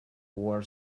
war